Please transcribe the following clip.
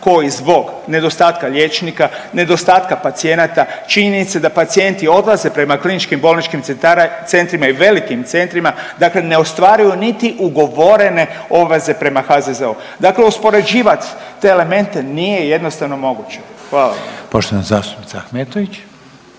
koji zbog nedostatka liječnika, nedostatka pacijenata, činjenice da pacijenti odlaze prema kliničkim bolničkim centrima i velikim centrima, dakle ne ostvaruju niti ugovorene obveze prema HZZO-u. Dakle, uspoređivat te elemente nije jednostavno moguće. Hvala vam. **Reiner, Željko